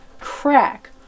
Crack